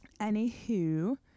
anywho